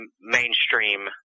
mainstream